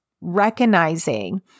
recognizing